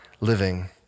living